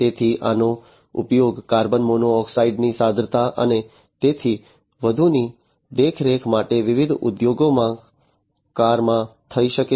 તેથી આનો ઉપયોગ કાર્બન મોનોક્સાઇડ ની સાંદ્રતા અને તેથી વધુની દેખરેખ માટે વિવિધ ઉદ્યોગોમાં કારમાં થઈ શકે છે